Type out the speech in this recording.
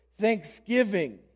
thanksgiving